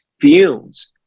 fumes